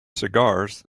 cigars